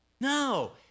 No